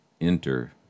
enter